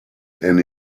and